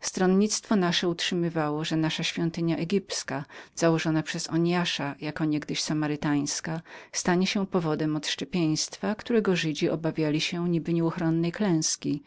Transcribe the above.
stronnictwo nasze utrzymywało że nasza świątynia egipska założona przez oniasza jako niegdyś samarytańska stanie się powodem odszczepienia którego żydzi obawiali się niby nieuchronnej klęski